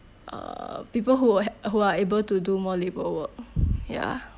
uh people who are who are able to do more labour work ya